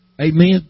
Amen